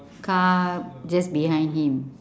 car just behind him